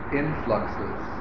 influxes